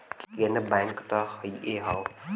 केन्द्र बैंक त हइए हौ